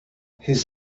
his